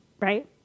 right